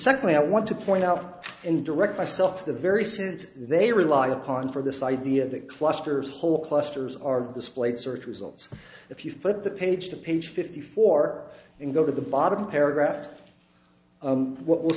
secondly i want to point out and direct myself the very since they relied upon for this idea that clusters whole clusters are displayed search results if you put the page to page fifty four and go to the bottom paragraph what we'll